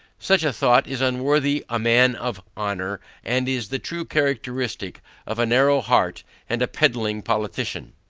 such a thought is unworthy a man of honor, and is the true characteristic of a narrow heart and a pedling politician.